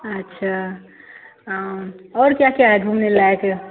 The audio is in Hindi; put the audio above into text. अच्छा और क्या क्या है घूमने लायक